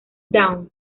down